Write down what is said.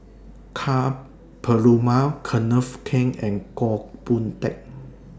Ka Perumal Kenneth Keng and Goh Boon Teck